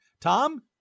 Tom